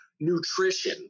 nutrition